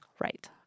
Right